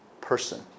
person